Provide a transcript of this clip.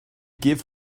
give